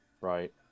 right